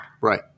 Right